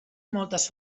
moltes